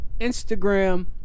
Instagram